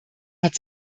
hat